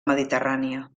mediterrània